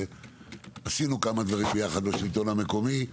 עשינו כמה דברים ביחד בשלטון המקומי.